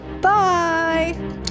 Bye